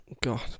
God